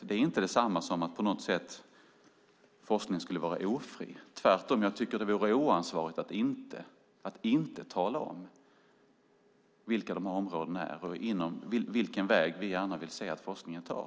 Det är inte detsamma som att forskningen skulle vara ofri på något sätt. Jag tycker tvärtom att det vore oansvarigt att inte tala om vilka de här områdena är och vilken väg vi gärna vill se att forskningen tar.